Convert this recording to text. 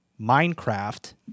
minecraft